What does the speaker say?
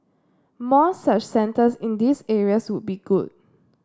more such centres in these areas would be good